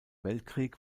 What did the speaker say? weltkrieg